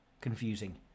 confusing